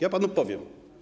Ja panu powiem.